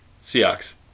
Seahawks